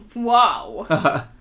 whoa